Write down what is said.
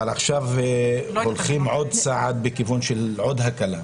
עכשיו הולכים עוד צעד בכיוון של עוד הקלה.